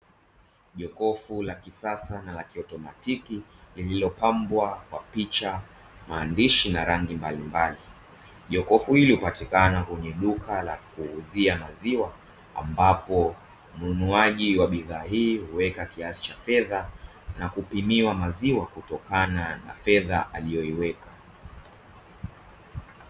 Jokofu la kisasa na la kiotomatiki lililopambwa kwa picha maandishi na rangi mbalimbali, jokofu hili hupatikana kwenye duka la kuuzia maziwa ambapo mnunuaji wa bidhaa hii huweka kiasi cha fedha na kupimiwa maziwa kutokana na fedha aliyoiweka.